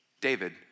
David